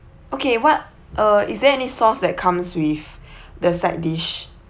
okay what uh is there any sauce that comes with the side dish